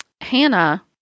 Hannah